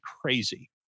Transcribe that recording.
crazy